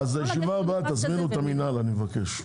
לישיבה הבאה תזמינו את המינהל, אני מבקש.